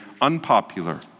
unpopular